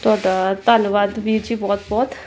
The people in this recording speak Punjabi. ਤੁਹਾਡਾ ਧੰਨਵਾਦ ਵੀਰ ਜੀ ਬਹੁਤ ਬਹੁਤ